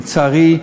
לצערי,